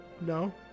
No